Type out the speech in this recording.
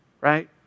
right